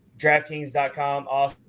DraftKings.com